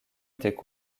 étaient